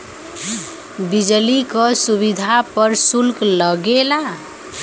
बिजली क सुविधा पर सुल्क लगेला